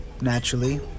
Naturally